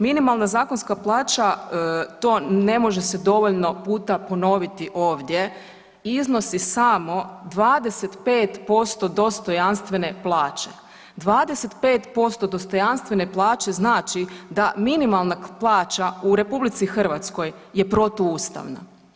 Minimalna zakonska plaća to ne može se dovoljno puta ponoviti ovdje iznosi samo 25% dostojanstvene plaće, 25% dostojanstvene plaće znači da minimalna plaća u RH je protuustavna.